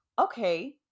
okay